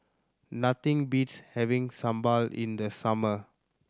nothing beats having sambal in the summer